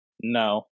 No